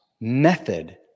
method